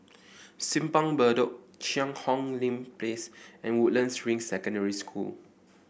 Simpang Bedok Cheang Hong Lim Place and Woodlands Ring Secondary School